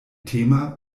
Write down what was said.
thema